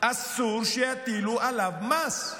אסור שיטילו עליו מס.